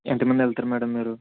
ఎంతమంది వెళ్తారు మేడం మీరు